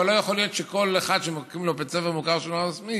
אבל לא יכול להיות שכל אחד שמקים לו בית ספר מוכר שאינו רשמי